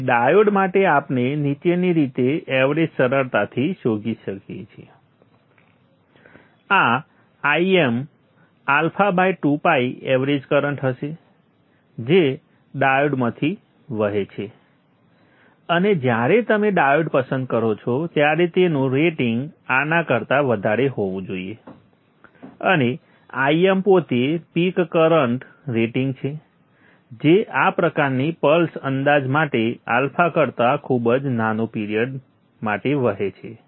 તેથી ડાયોડ માટે આપણે નીચેની રીતે એવરેજ સરળતાથી શોધી શકીએ છીએ આ Im α2π એવરેજ કરંટ હશે જે ડાયોડમાંથી વહે છે અને જ્યારે તમે ડાયોડ પસંદ કરો છો ત્યારે તેનું રેટિંગ આના કરતા વધારે હોવું જોઈએ અને IM પોતે પીક કરંટ રેટિંગ છે જે આ પ્રકારની પલ્સ અંદાજ માટે આલ્ફા કરતાં ખૂબ જ નાના પિરીઅડ માટે વહે છે